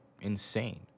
insane